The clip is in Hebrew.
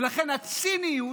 ולכן הציניות,